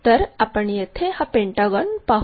तर आपण येथे हा पेंटागॉन पाहू